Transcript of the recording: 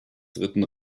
dritten